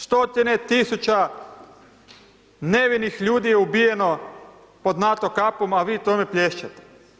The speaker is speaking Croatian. Stotine tisuća nevinih ljudi je ubijeno pod NATO kapom, a vi tome plješćete.